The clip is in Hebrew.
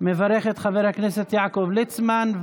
מברך את חבר הכנסת יעקב ליצמן.